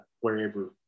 wherever